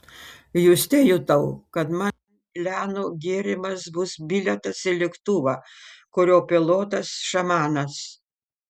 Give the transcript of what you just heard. juste jutau kad man lianų gėrimas bus bilietas į lėktuvą kurio pilotas šamanas